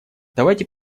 давайте